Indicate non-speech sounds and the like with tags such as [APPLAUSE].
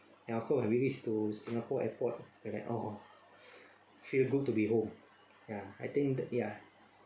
ya of course when we reach to singapore singapore airport it like oh [BREATH] feel good to be home ya I think ya